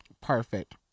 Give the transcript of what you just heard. Perfect